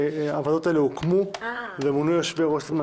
בעד, אין נגד ואין